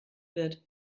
wird